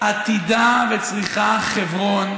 עתידה וצריכה חברון,